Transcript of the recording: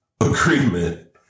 agreement